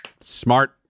Smart